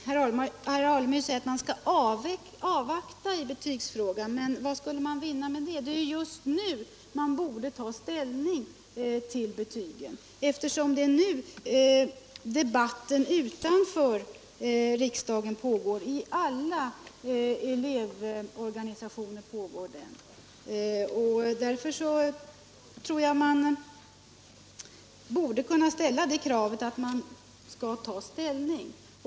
Herr talman! Herr Alemyr säger att man skall avvakta i betygsfrågan. Men vad skulle man vinna med det? Det är just nu man borde ta ställning till betygen, eftersom det är nu som debatten pågår i alla elevorgani sationer. Man borde därför kunna ställa kravet att vi nu skall ta ställning.